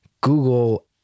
Google